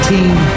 Team